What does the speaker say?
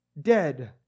dead